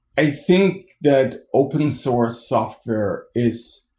i think that open source software is